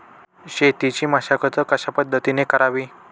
शेतीची मशागत कशापद्धतीने करावी?